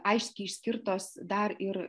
aiškiai išskirtos dar ir